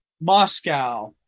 Moscow